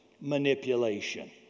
manipulation